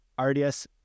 RDS